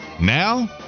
Now